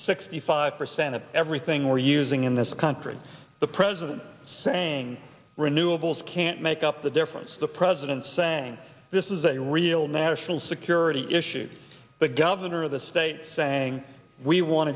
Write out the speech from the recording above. sixty five percent of everything we're using in this country the president saying renewables can't make up the difference president saying this is a real national security issue the governor of the state saying we want